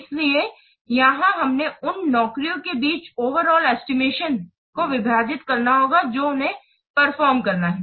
इसलिए यहां हमें उन नौकरियों के बीच ओवरआल एस्टिमेशन को विभाजित करना होगा जो उन्हें परफॉर्म करना है